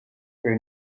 her